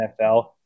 NFL